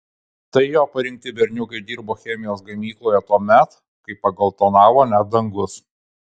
tai jo parinkti berniukai dirbo chemijos gamykloje tuomet kai pageltonavo net dangus